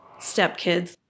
stepkids